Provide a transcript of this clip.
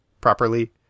properly